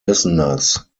listeners